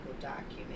document